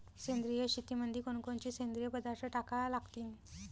सेंद्रिय शेतीमंदी कोनकोनचे सेंद्रिय पदार्थ टाका लागतीन?